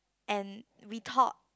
and we talk